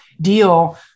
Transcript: deal